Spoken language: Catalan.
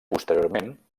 posteriorment